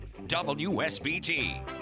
WSBT